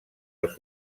els